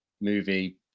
movie